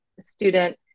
student